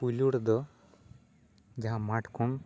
ᱯᱩᱭᱞᱩ ᱨᱮᱫᱚ ᱡᱟᱦᱟᱸ ᱢᱟᱴᱷ ᱠᱷᱚᱱ